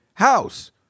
house